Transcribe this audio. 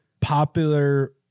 popular